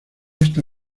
esta